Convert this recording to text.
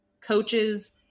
coaches